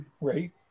Right